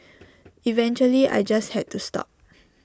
eventually I just had to stop